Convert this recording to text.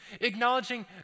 acknowledging